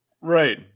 Right